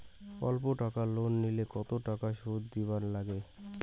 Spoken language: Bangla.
অল্প টাকা লোন নিলে কতো টাকা শুধ দিবার লাগে?